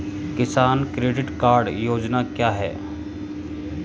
किसान credit card योजना क्या है?